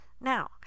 now